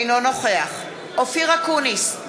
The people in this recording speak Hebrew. אינו נוכח אופיר אקוניס,